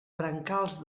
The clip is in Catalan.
brancals